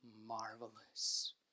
marvelous